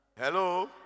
Hello